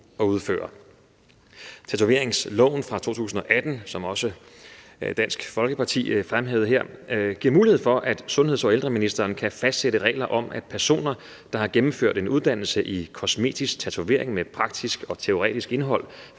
at udføre. Tatoveringsloven fra 2018 giver, som også Dansk Folkeparti fremhævede her, mulighed for, at sundheds- og ældreministeren kan fastsætte regler om, at personer, der har gennemført en uddannelse i kosmetisk tatovering med praktisk og teoretisk indhold,